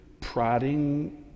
prodding